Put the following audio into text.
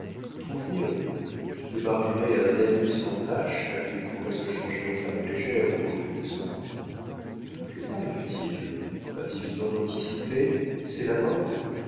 trouve mieux tu te marierais à un agneau sans tache il pourrait se changer en femme légère au bout de deux ans que tarrive t il un dividende anticipé c'est la mode